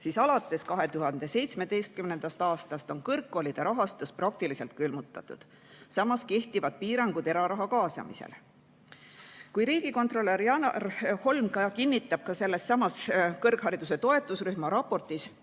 siis alates 2017. aastast on kõrgkoolide rahastus praktiliselt olnud külmutatud. Samas kehtivad piirangud eraraha kaasamisele. Riigikontrolör Janar Holm kinnitab sellessamas kõrghariduse toetusrühma raportis,